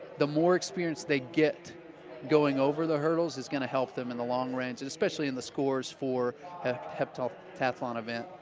the more experience they get going over the hurdles is going to help them in the long range especially in the scores for heptathlon heptathlon event.